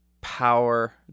power